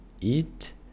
eat